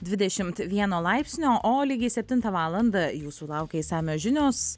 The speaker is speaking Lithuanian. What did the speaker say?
dvidešimt vieno laipsnio o lygiai septintą valandą jūsų laukia išsamios žinios